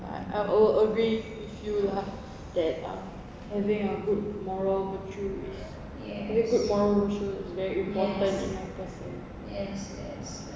I I will agree with you lah that uh having a good moral virtue is I mean good moral is very important in a person